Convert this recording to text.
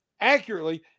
accurately